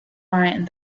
mind